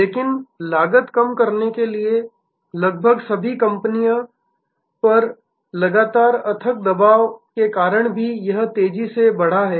लेकिन लागत कम करने के लिए लगभग सभी कंपनियों पर लगातार अथक दबाव के कारण भी यह तेजी से बढ़ा है